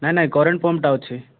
ନାଇଁ ନାଇଁ କରେଣ୍ଟ୍ ପମ୍ପ୍ଟା ଅଛି